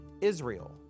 Israel